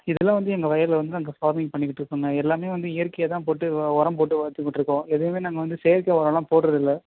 இதெல்லாம் வந்து எங்கள் வயலில் வந்து நாங்கள் ஃபார்மிங் பண்ணிக்கிட்டு இருக்கோங்க எல்லாமே வந்து இயற்கையாக தான் போட்டு உரம் போட்டு வளர்த்துகிட்டு இருக்கோம் எதுவுமே நாங்கள் வந்து செயற்கை உரமெல்லாம் போடுகிறது இல்லை